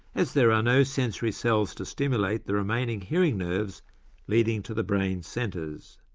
as there are no sensory cells to stimulate the remaining hearing nerves leading to the brain centres.